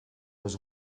was